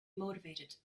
motivated